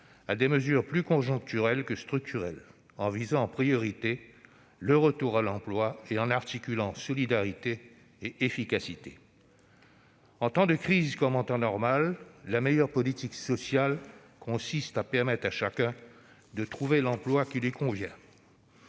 à des mesures plus conjoncturelles que structurelles, en visant en priorité le retour à l'emploi et en articulant solidarité et efficacité. En temps de crise comme en temps normal, la meilleure politique sociale consiste à permettre à chacun de trouver l'emploi qui lui convient.